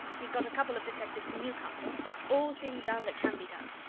he's got a couple of detectives from newcastle all's being done that can be done.